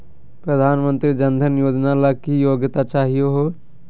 प्रधानमंत्री जन धन योजना ला की योग्यता चाहियो हे?